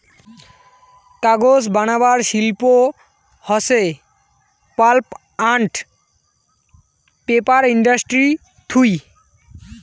কাগজ বানাবার শিল্প হসে পাল্প আন্ড পেপার ইন্ডাস্ট্রি থুই